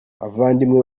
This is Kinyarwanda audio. bavandimwe